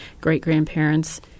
great-grandparents